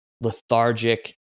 lethargic